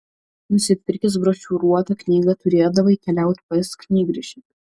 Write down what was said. nusipirkęs brošiūruotą knygą turėdavai keliaut pas knygrišį